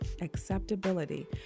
Acceptability